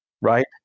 right